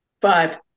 five